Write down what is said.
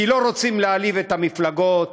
כי לא רוצים להעליב את המפלגות,